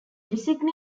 designated